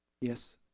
yes